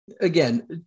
again